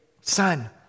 son